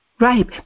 Right